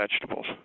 vegetables